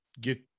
get